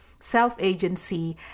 self-agency